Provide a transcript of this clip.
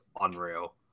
unreal